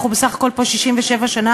אנחנו בסך הכול פה 67 שנה,